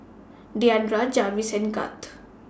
Diandra Jarvis and Gart